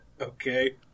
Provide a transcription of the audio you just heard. Okay